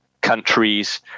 countries